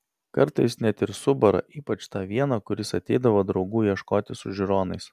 kartais net ir subara ypač tą vieną kuris ateidavo draugų ieškoti su žiūronais